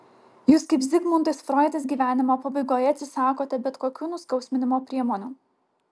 jūs kaip zigmundas froidas gyvenimo pabaigoje atsisakote bet kokių nuskausminimo priemonių